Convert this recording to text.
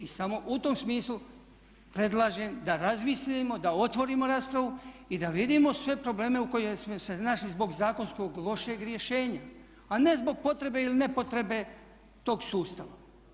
I samo u tom smislu predlažem da razmislimo, da otvorimo raspravu i da vidimo sve probleme u kojima smo se našli zbog zakonskog lošeg rješenja a ne zbog potrebe ili ne potrebe tog sustava.